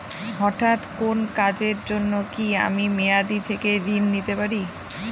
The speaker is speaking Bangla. হঠাৎ কোন কাজের জন্য কি আমি মেয়াদী থেকে ঋণ নিতে পারি?